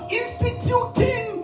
instituting